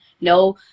no